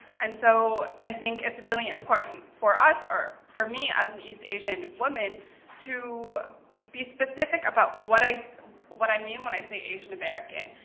and so i think it's really important for us, or for me as an east asian woman to be specific about what i what i mean when i say asian american,